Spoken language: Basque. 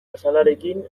azalarekin